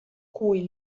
cui